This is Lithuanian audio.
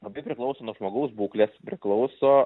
labai priklauso nuo žmogaus būklės priklauso